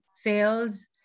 sales